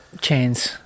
chains